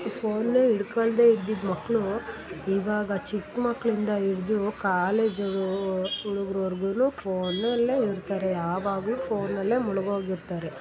ಫೋನನ್ನ ಹಿಡ್ಕೊಳ್ದೆ ಇದ್ದಿದ್ದ ಮಕ್ಕಳು ಇವಾಗ ಚಿಕ್ಕ ಮಕ್ಕಳಿಂದ ಹಿಡ್ದು ಕಾಲೇಜೂ ಹುಡುಗ್ರ್ವರ್ಗುನು ಫೋನಲ್ಲೇ ಇರ್ತಾರೆ ಯಾವಾಗಲೂ ಫೋನಲ್ಲೇ ಮುಳುಗೋಗಿರ್ತಾರೆ